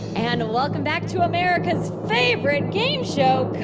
and welcome back to america's favorite game show